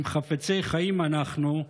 אם חפצי חיים אנחנו,